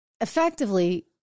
effectively